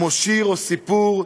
שיר או סיפור,